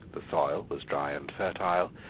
the soil was dry and fertile,